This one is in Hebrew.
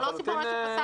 זה לא חסר אחריות.